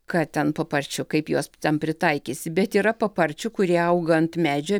ką ten paparčio kaip juos ten pritaikysi bet yra paparčių kurie auga ant medžio